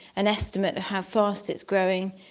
an estimate of how fast it's growing,